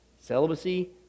Celibacy